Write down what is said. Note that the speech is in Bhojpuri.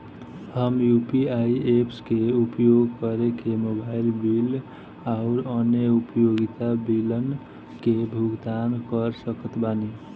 हम यू.पी.आई ऐप्स के उपयोग करके मोबाइल बिल आउर अन्य उपयोगिता बिलन के भुगतान कर सकत बानी